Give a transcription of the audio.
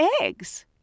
eggs